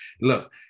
look